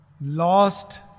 Lost